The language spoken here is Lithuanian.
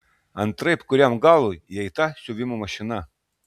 antraip kuriam galui jai ta siuvimo mašina